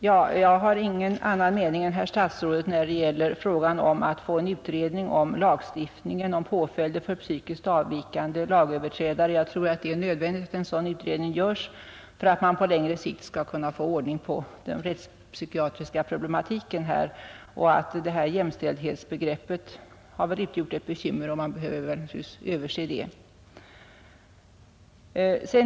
Jag har ingen annan mening än herr statsrådet när det gäller frågan om att få en utredning om lagstiftningen om påföljder för psykiskt avvikande lagöverträdare. Jag tror att det är nödvändigt att en sådan utredning görs för att man på längre sikt skall kunna få ordning på den rättspsykiatriska problematiken. Jämställdhetsbegreppet har väl utgjort ett bekymmer, och man behöver nog överse det.